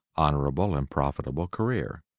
honorable and profitable career.